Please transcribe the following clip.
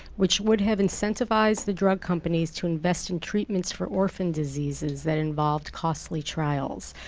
which would have incentivized the drug companies to invest in treatments for orphan diseases that involved costly trials.